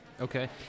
Okay